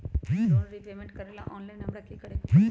Loan repayment करेला online हमरा की करे के परतई?